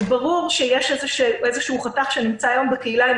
וברור שיש איזשהו חתך שנמצא היום בקהילה עם